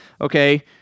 okay